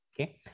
okay